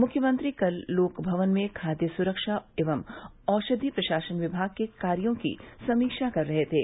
मुख्यमंत्री कल लोक भवन में खाद्य सुरक्षा एवं औषधि प्रशासन विभाग के कार्यों की समीक्षा कर रहे थे